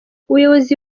ubuyobozi